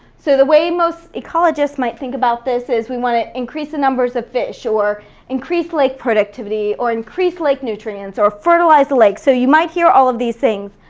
so the way most ecologists might think about this is we wanna increase the numbers of fish increase lake productivity, or increase lake nutrients, or fertilize the lake, so you might hear all of these things,